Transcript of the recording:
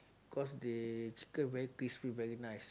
cause they chicken very crispy very nice